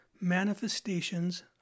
Manifestations